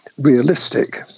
realistic